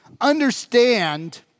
Understand